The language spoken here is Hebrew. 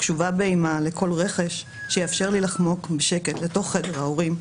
קשובה באימה לכל רחש שיאפשר לי לחמוק בשקט לתוך חדר ההורים,